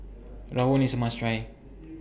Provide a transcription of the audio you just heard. Rawon IS A must Try